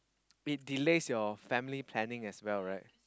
it delays your family planning as well right